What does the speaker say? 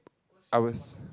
I was